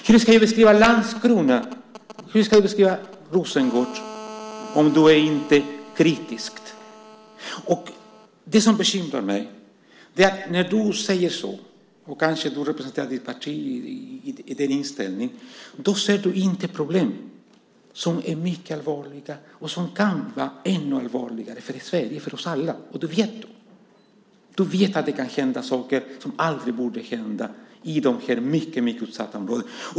Hur ska jag beskriva Landskrona och Rosengård utan att vara kritisk? Det som bekymrar mig är att när du säger så - kanske representerar du ditt parti i din inställning - ser du inte de problem som är mycket allvarliga och som kan bli ännu allvarligare för Sverige och för oss alla. Det vet du. Du vet att det kan hända saker som aldrig borde få hända i dessa mycket utsatta områden.